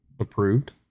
approved